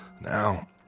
Now